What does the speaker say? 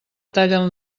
tallen